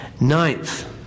Ninth